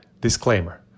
Disclaimer